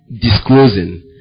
disclosing